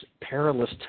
perilous